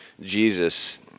Jesus